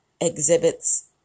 exhibits